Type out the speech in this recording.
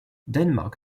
denmark